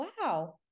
wow